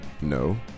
No